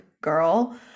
girl